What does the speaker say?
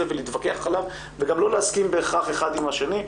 ולהתווכח עליו וגם לא להסכים בהכרח אחד עם השני,